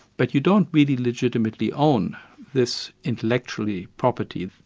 but you don't really legitimately own this intellectual property,